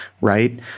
Right